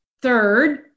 Third